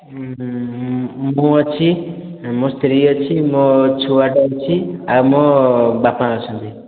ମୁଁ ଅଛି ମୋ ସ୍ତ୍ରୀ ଅଛି ମୋ ଛୁଆଟା ଅଛି ଆଉ ମୋ ବାପା ଅଛନ୍ତି